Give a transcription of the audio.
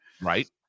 Right